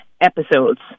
episodes